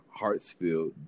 Hartsfield